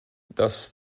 does